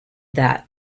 that